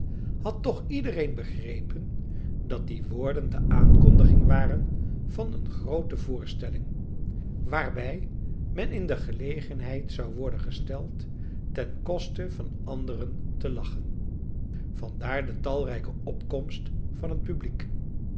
had toch iedereen begrepen dat die woorden de aankondiging waren van eene groote voorstelling waarbij men in de gelegenheid zou worden gesteld ten koste van anderen te lachen vandaar de talrijke opkomst van het publiek